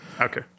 Okay